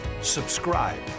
subscribe